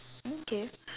okay